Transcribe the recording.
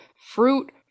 fruit